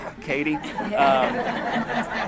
Katie